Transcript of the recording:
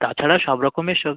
তাছাড়া সব রকমের সবজি